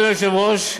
אדוני היושב-ראש,